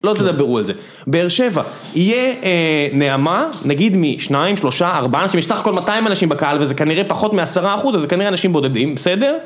לא תדברו על זה, באר שבע, יהיה נעמה, נגיד משניים, שלושה, ארבעה אנשים, יש סך הכל 200 אנשים בקהל וזה כנראה פחות מ-10%, אז זה כנראה אנשים בודדים, בסדר?